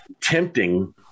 tempting